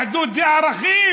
יהדות זה ערכים.